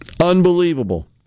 Unbelievable